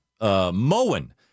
Moen